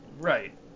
Right